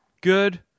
Good